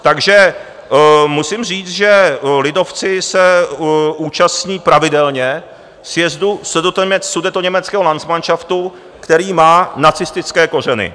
Takže musím říct, že lidovci se účastní pravidelně sjezdu Sudetoněmeckého landsmanšaftu, který má nacistické kořeny.